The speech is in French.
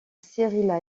séries